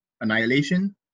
Annihilation